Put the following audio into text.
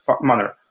manner